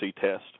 test